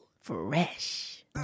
fresh